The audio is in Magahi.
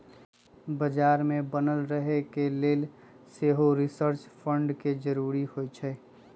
बजार में बनल रहे के लेल सेहो रिसर्च फंड के जरूरी होइ छै